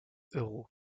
euros